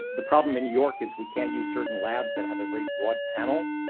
ah the problem in new york is we can't use certain labs that have a very broad panel,